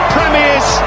Premiers